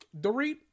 Dorit